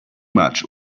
much